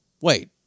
Wait